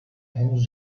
henüz